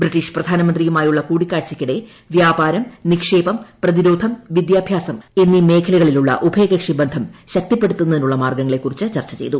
British പ്രധാനമന്ത്രിയുമായുള്ള കൂടിക്കാഴ്ചയ്ക്കിടെ വ്യാപാരം നിക്ഷേപം പ്രതിരോധം വിദ്യാഭ്യാസം എന്നീ മേഖലകളിലുള്ള ഉഭയകക്ഷി ബന്ധം ശക്തിപ്പെടുത്തുന്നതിനുള്ള മാർഗ്ഗങ്ങളെക്കുറിച്ച് ചർച്ച ചെയ്തു